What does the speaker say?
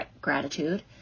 gratitude